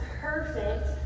perfect